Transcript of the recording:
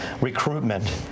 recruitment